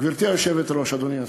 גברתי היושבת-ראש, אדוני השר,